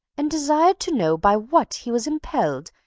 and desired to know by what he was impelled,